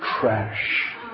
trash